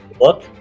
Look